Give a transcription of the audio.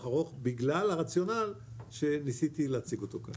ארוך בגלל הרציונל שניסיתי להציג אותו כאן.